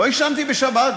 לא עישנתי בשבת,